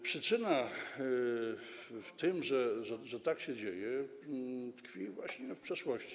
Przyczyna tego, że tak się dzieje, tkwi właśnie w przeszłości.